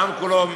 העם כולו,